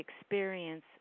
experience